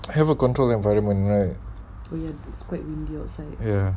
have a controlled environment right yes